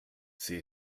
sie